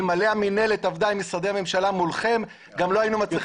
אלמלא המינהלת עבדה מולכם עם משרדי הממשלה גם לא היינו מצליחים